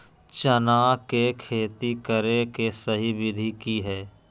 चना के खेती करे के सही विधि की हय?